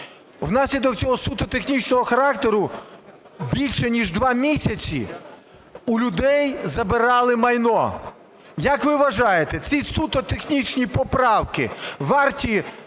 Внаслідок цього суто технічного характеру більше ніж два місяці у людей забирали майно. Як ви вважаєте, ці суто технічні поправки варті